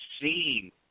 seen